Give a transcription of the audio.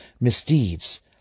misdeeds